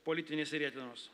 politinės rietenos